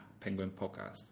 penguinpodcast